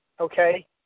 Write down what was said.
okay